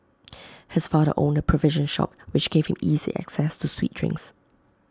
his father owned A provision shop which gave him easy access to sweet drinks